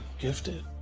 gifted